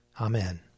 Amen